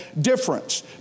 difference